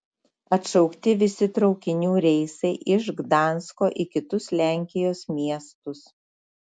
atšaukti visi traukinių reisai iš gdansko į kitus lenkijos miestus